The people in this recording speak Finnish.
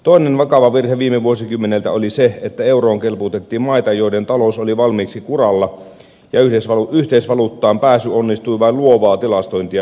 toinen vakava virhe viime vuosikymmeneltä oli se että euroon kelpuutettiin maita joiden talous oli valmiiksi kuralla ja yhteisvaluuttaan pääsy onnistui vain luovaa tilastointia hyväksikäyttäen